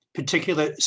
particular